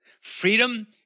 Freedom